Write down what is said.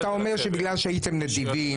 אתה אומר שבגלל שהייתם נדיבים.